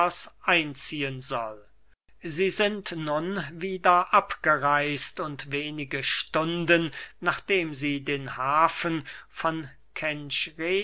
einziehen soll sie sind nun wieder abgereist und wenige stunden nachdem sie den hafen von kenchreä